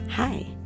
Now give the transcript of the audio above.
Hi